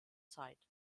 zeit